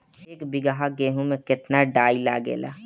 एक बीगहा गेहूं में केतना डाई लागेला?